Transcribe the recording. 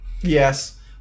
yes